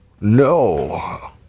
No